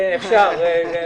אפשר.